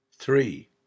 Three